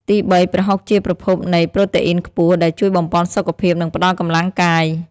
ទីបី ប្រហុកជាប្រភពនៃ ប្រូតេអ៊ីនខ្ពស់ ដែលជួយបំប៉នសុខភាព និងផ្តល់កម្លាំងកាយ។